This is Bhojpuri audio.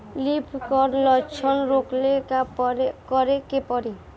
लीफ क्ल लक्षण रोकेला का करे के परी?